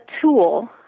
tool